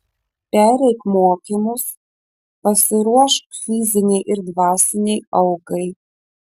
pereik mokymus pasiruošk fizinei ir dvasinei aukai